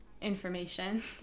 information